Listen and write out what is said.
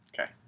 Okay